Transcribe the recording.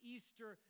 Easter